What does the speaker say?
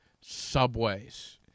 subways